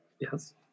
Yes